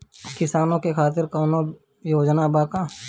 किसानों के खातिर कौनो योजना बा का?